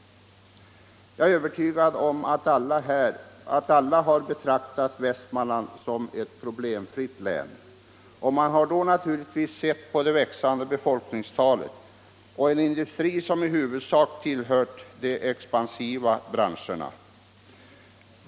Jag är övertygad om att alla har betraktat Västmanland som ett problemfritt län. Man har då naturligtvis sett till det växande befolkningstalet och industrin, som i huvudsak tillhört de expansiva branscherna.